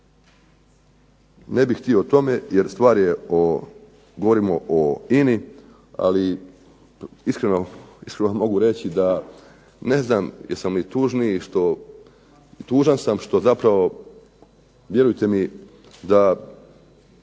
Ne bih htio o tome jer stvar je govorimo o INA-i ali iskreno mogu reći da ne znam jesam li tužniji, tužan sam što vjerujte mi da